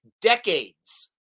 decades